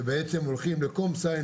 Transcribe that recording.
הולכים ל-Comsigh,